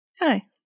Hi